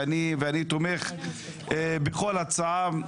ואני תומך בכל הצעה.